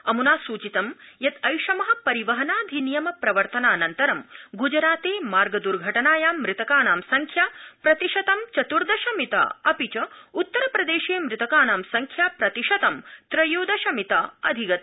अमुना सूचितं यत् ऐषम परिवहनाधिनियम प्रवर्तनानन्तरं गुजराते मार्गदर्घटनायां मृतकानां संख्या प्रतिशतं चतृर्दशमिता अपि च उत्तरप्रदेशे मृतकानां संख्या प्रतिशतं त्रयोदशमिता अधिगता